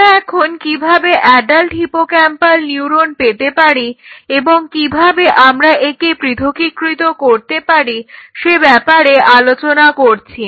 আমরা এখন কিভাবে অ্যাডাল্ট হিপোক্যাম্পাল নিউরন পেতে পারি এবং কিভাবে আমরা একে পৃথকীকৃত করতে পারি সে ব্যাপারে আলোচনা করছি